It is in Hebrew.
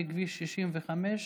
בכביש 65,